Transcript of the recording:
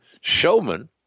showman